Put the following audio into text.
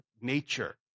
nature